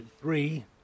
three